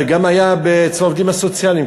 זה גם היה אצל העובדים הסוציאליים,